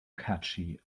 catchy